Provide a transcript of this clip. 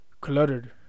cluttered